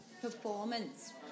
performance